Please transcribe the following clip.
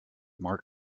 mark